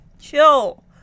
Chill